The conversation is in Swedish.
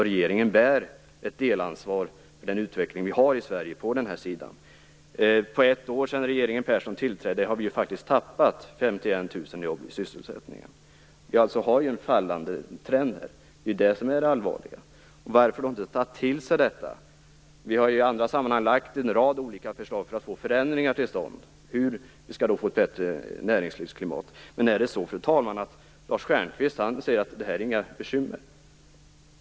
Regeringen bär ett delansvar för utvecklingen i Sverige på det här området. På ett år, sedan regeringen Persson tillträdde, har vi faktiskt tappat 51 000 jobb. Vi har alltså en fallande trend. Det är det allvarliga. Varför då inte ta till sig detta? Vi har i andra sammanhang lagt fram en rad olika förslag för att få förändringar till stånd, för att få ett bättre näringslivsklimat. Men, fru talman, Lars Stjernkvist säger att det här inte är några bekymmer.